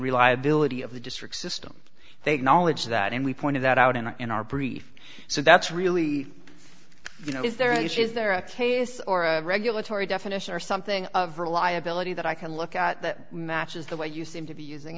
reliability of the district system they'd knowledge that and we pointed that out in our in our brief so that's really you know is there is there a case or a regulatory definition or something of reliability that i can look at that matches the way you seem to be using